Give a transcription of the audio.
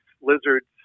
lizards